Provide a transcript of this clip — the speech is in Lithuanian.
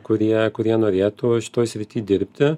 kurie kurie norėtų šitoj srity dirbti